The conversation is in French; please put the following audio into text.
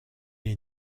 est